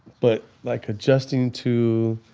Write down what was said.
but like adjusting to